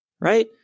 right